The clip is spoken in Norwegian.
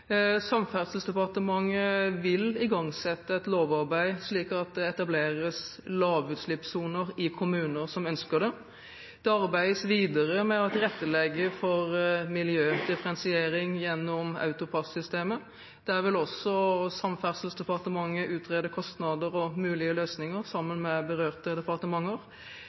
Samferdselsdepartementet vil igangsette et lovarbeid, slik at det etableres lavutslippssoner i kommuner som ønsker det. Det arbeides videre med å tilrettelegge for miljødifferensiering gjennom AutoPASS-systemet. Der vil også Samferdselsdepartementet utrede kostnader og mulige løsninger sammen med andre berørte departementer.